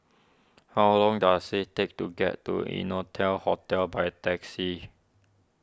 how long does it take to get to Innotel Hotel by taxi